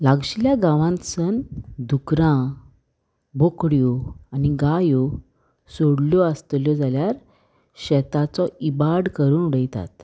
लागशिल्ल्या गांवांतसून दुकरां बोकड्यो आनी गायो सोडल्यो आसतल्यो जाल्यार शेताचो इबाड करून उडयतात